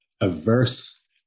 averse